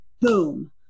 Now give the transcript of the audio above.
boom